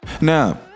Now